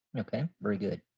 okay very good.